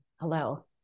Hello